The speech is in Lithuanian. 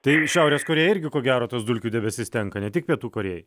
tai šiaurės korėjai irgi ko gero tas dulkių debesis tenka ne tik pietų korėjai